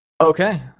Okay